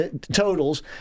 totals